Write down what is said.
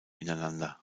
ineinander